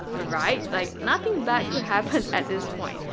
right? like nothing bad could happen at this point.